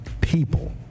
people